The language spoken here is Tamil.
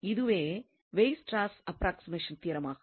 இதுவே வெய்ஸ்ட்ராஸ் அப்ராக்ஸிமேஷன் தியரம் ஆகும்